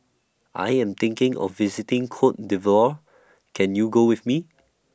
I Am thinking of visiting Cote D'Ivoire Can YOU Go with Me